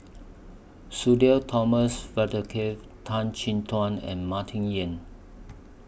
Sudhir Thomas Vadaketh Tan Chin Tuan and Martin Yan